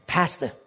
Pastor